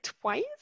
twice